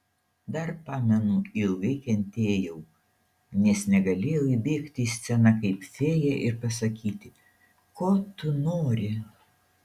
dar pamenu ilgai kentėjau nes negalėjau įbėgti į sceną kaip fėja ir pasakyti ko tu nori